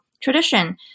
tradition